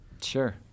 Sure